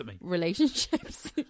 relationships